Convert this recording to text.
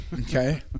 Okay